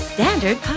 Standard